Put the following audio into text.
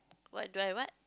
what do I what